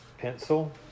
pencil